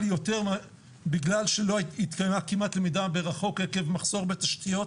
יותר בגלל שלא התקיימה כמעט למידה מרחוק עקב מחסור בתשתיות